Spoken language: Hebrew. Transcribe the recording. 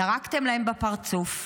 ירקתם להם בפרצוף,